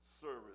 service